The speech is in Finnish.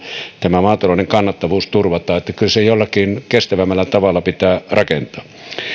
tämä maatalouden kannattavuus turvataan kyllä se jollakin kestävämmällä tavalla pitää rakentaa